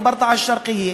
וברטעה א-שרקיה,